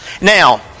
now